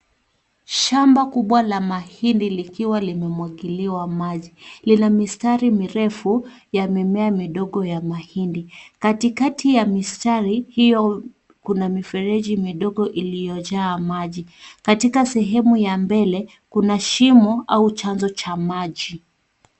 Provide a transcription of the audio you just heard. Shamba kubwa la mahindi likiwa limemwagiliwa maji. Lina mistari mirefu ya mimea midogo ya mahindi. Katikati ya mistari pia kuna mifereji midogo iliyojaa maji. Katika sehemu ya mbele kuna shimo au chanzo cha maji.